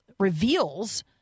Reveals